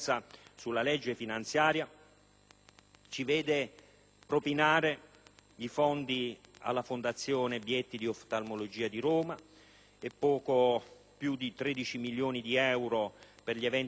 stati assegnati fondi alla fondazione Bietti di oftalmologia di Roma, poco più di 13 milioni di euro per gli eventi sportivi dell'Expo 2015